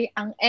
ang